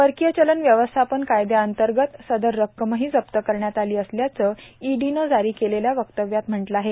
परकीय चलन व्यवस्थापन कायदया अंतर्गत सदर रक्कमही जप्त करण्यात आली असल्याचं ईडीनं जारी केलेल्या वक्तव्यात म्हटलं आहे